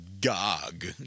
Gog